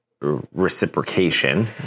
reciprocation